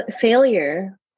Failure